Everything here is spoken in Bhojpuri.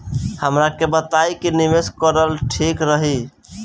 हमरा के बताई की निवेश करल ठीक रही?